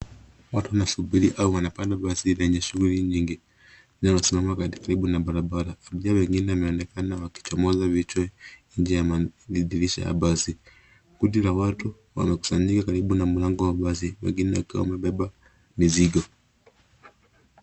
Watu wanasubiri au wanapanda basi lenye shughuli nyingi, linalosimama katika karibu na barabara. Abiria wengine wanaonekana wakichomoza vichwa nje ya madirisha ya basi. Kundi la watu wanakusanyika karibu na mlango wa basi wengine wakiwa wamebeba mizigo.